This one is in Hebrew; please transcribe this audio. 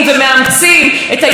מה היא מספרת לנו?